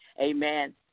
Amen